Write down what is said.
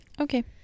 Okay